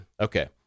Okay